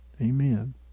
Amen